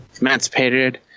emancipated